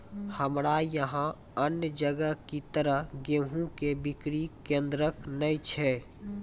हमरा यहाँ अन्य जगह की तरह गेहूँ के बिक्री केन्द्रऽक नैय छैय?